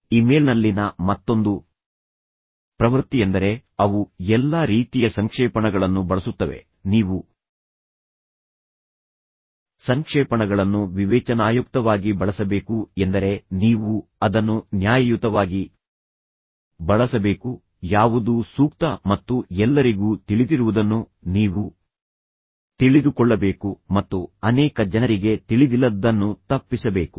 ಇಮೇಲ್ನಲ್ಲಿನ ಮತ್ತೊಂದು ಪ್ರವೃತ್ತಿಯೆಂದರೆ ಅವು ಎಲ್ಲಾ ರೀತಿಯ ಸಂಕ್ಷೇಪಣಗಳನ್ನು ಬಳಸುತ್ತವೆ ನೀವು ಸಂಕ್ಷೇಪಣಗಳನ್ನು ವಿವೇಚನಾಯುಕ್ತವಾಗಿ ಬಳಸಬೇಕು ಎಂದರೆ ನೀವು ಅದನ್ನು ನ್ಯಾಯಯುತವಾಗಿ ಬಳಸಬೇಕು ಯಾವುದು ಸೂಕ್ತ ಮತ್ತು ಎಲ್ಲರಿಗೂ ತಿಳಿದಿರುವುದನ್ನು ನೀವು ತಿಳಿದುಕೊಳ್ಳಬೇಕು ಮತ್ತು ಅನೇಕ ಜನರಿಗೆ ತಿಳಿದಿಲ್ಲದದ್ದನ್ನು ತಪ್ಪಿಸಬೇಕು